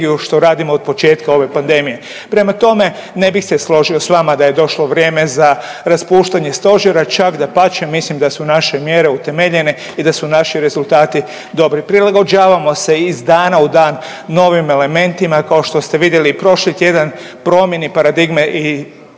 što radimo od početka ove pandemije. Prema tome, ne bih se složio s vama da je došlo vrijeme za raspuštanje stožera, čak dapače mislim da su naše mjere utemeljene i da su naši rezultati dobri. Prilagođavamo se iz dana u dan novim elementima, kao što ste vidjeli prošli tjedan promjeni paradigme i